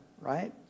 right